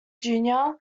junior